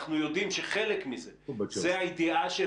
אנחנו יודעים שחלק מזה זאת הידיעה של